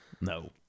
No